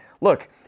look